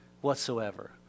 whatsoever